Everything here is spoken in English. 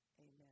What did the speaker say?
Amen